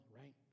right